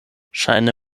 ŝajne